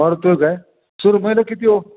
काय सुरमईला किती हो